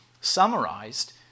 summarized